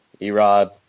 erod